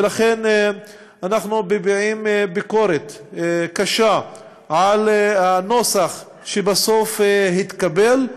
ולכן אנחנו מביעים ביקורת קשה על הנוסח שבסוף התקבל.